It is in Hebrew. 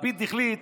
לפיד החליט